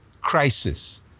crisis